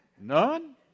None